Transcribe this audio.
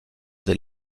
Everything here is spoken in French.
des